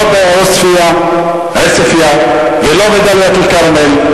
לא בעוספיא ולא בדאלית-אל-כרמל?